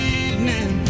evening